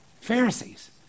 Pharisees